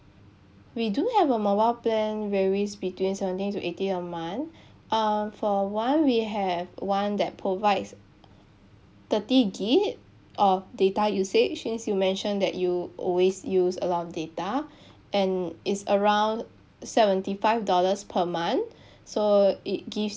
we do have a mobile plan varies between seventy to eighty a month uh for one we have one that provides thirty gig of data usage since you mentioned that you always use a lot of data and it's around seventy five dollars per month so it gives